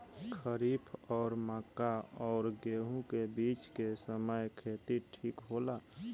खरीफ और मक्का और गेंहू के बीच के समय खेती ठीक होला?